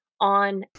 on